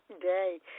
day